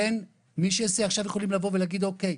אין מי שייעשה, עכשיו יכולים לבוא והגיד 'אוקיי,